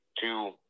Two